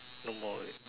no more already